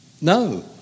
No